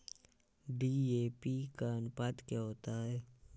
DAP का अनुपात क्या होता है?